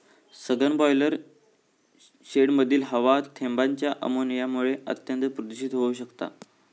सघन ब्रॉयलर शेडमधली हवा थेंबांच्या अमोनियामुळा अत्यंत प्रदुषित होउ शकता